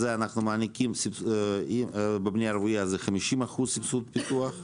אנחנו מעניקים בבנייה רוויה זה 50% סבסוד פיתוח,